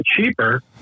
cheaper